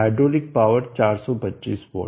hydraulic power 425 W